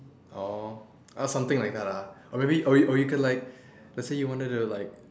oh or something like that lah or maybe or we or we can like let's say you wanted to like